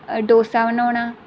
ਡੌਸਾ ਬਣਾਉਣਾ